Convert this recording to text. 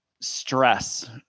stress